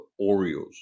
Oreos